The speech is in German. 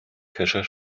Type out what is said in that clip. kescher